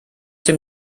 dem